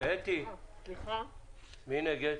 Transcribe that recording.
מי נגד?